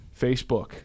Facebook